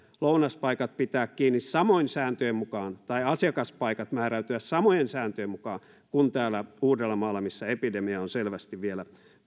lounaspaikat pitää kiinni samojen sääntöjen mukaan tai asiakaspaikkojen määräytyä samojen sääntöjen mukaan kuin täällä uudellamaalla missä epidemia on selvästi vielä